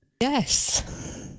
Yes